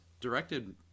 directed